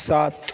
सात